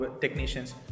technicians